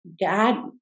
God